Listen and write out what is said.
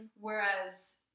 Whereas